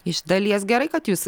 iš dalies gerai kad jūs